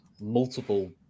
multiple